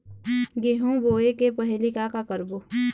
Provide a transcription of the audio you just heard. गेहूं बोए के पहेली का का करबो?